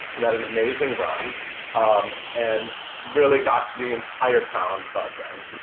you had an amazing run um and really got the entire town buzzing.